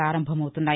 ప్రపారంభమవుతున్నాయి